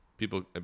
People